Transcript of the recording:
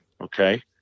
Okay